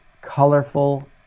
colorful